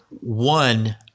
one